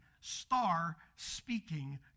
star-speaking